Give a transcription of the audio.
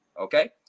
okay